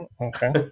Okay